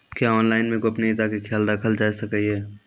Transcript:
क्या ऑनलाइन मे गोपनियता के खयाल राखल जाय सकै ये?